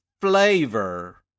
flavor